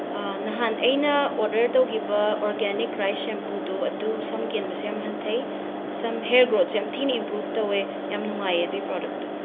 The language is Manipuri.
ꯅꯍꯥꯟ ꯑꯩꯅ ꯑꯣꯔꯗꯔ ꯇꯧꯈꯤꯕ ꯑꯣꯔꯒꯦꯅꯤꯛ ꯔꯥꯏꯁ ꯁꯦꯝꯄꯨꯗꯣ ꯑꯗꯨ ꯁꯝ ꯀꯦꯟꯕꯁꯨ ꯌꯥꯝ ꯍꯟꯊꯩ ꯁꯝ ꯍꯦꯌꯔ ꯒ꯭ꯔꯣꯊꯁꯨ ꯌꯥꯝ ꯊꯤꯅ ꯏꯝꯄ꯭ꯔꯨꯐ ꯇꯧꯋꯦ ꯌꯥꯝ ꯅꯨꯡꯉꯥꯏꯌꯦ ꯑꯗꯨꯒꯤ ꯄ꯭ꯔꯣꯗꯛꯇꯣ